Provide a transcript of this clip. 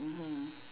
mmhmm